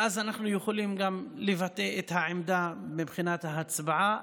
ואז אנחנו יכולים גם לבטא את העמדה מבחינת ההצבעה.